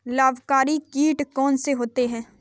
लाभकारी कीट कौन कौन से होते हैं?